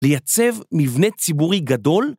לייצב מבנה ציבורי גדול